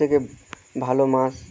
সব থেকে ভালো মাছ